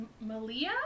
Malia